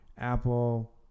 Apple